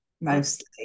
mostly